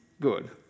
good